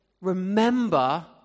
remember